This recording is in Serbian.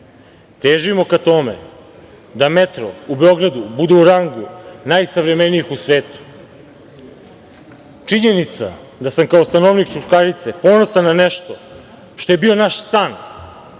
Težimo ka tome da metro u Beogradu bude u rangu najsavremenijih u svetu. Činjenica da sam kao stanovnik Čukarice ponosan na nešto što je bio naš san.